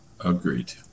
Agreed